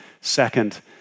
second